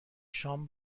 شام